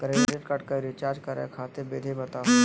Credit card क recharge करै खातिर विधि बताहु हो?